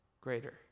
greater